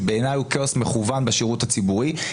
שבעיניי הוא כאוס מכוון בשירות הציבורי,